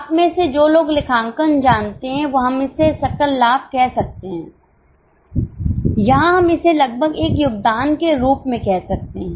आप में से जो लोग लेखांकन जानते हैं हम इसे सकल लाभ कह सकते हैं यहां हम इसे लगभग एक योगदान के रूप में कह सकते हैं